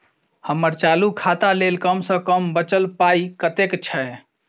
हम्मर चालू खाता लेल कम सँ कम बचल पाइ कतेक छै?